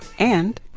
and,